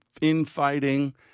infighting